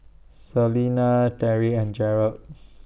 Celena Teri and Jerald